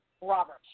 Robert